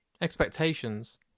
expectations